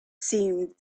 seemed